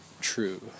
true